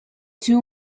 two